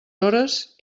hores